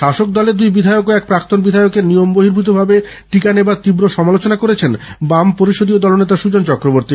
শাসকদলের দুই বিধায়ক ও এক প্রাক্তন বিধায়কের নিয়ম বহির্ভূতভাবে টিকা নেবার তীব্র সমালোচনা করেছেন বাম পরিষদীয় দলনেতা সুজন চক্রবর্তী